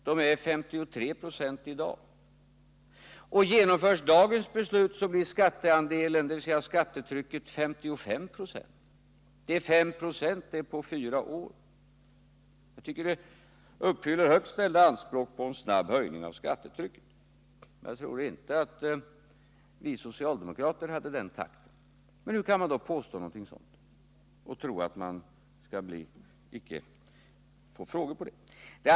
Den är 53 20 i dag, och genomförs de förslag som nu föreligger blir skatteandelen, dvs. skattetrycket, 55 90. Det är 5 96 på fyra år. Jag tycker att det uppfyller högt ställda anspråk på en snabb höjning av skattetrycket, och jag tror inte att vi socialdemokrater hade den takten. Men hur kan man då påstå något sådant och tro att man inte skall få frågor på det?